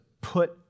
put